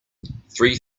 three